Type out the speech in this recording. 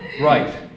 Right